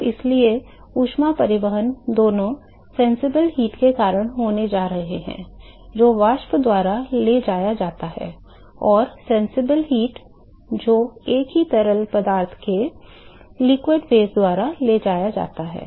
तो इसलिए ऊष्मा परिवहन दोनों प्रत्यक्ष ऊष्मा के कारण होने जा रहा है जो वाष्प द्वारा ले जाया जाता है और प्रत्यक्ष ऊष्मा जो एक ही तरल पदार्थ के तरल चरण द्वारा ले जाया जाता है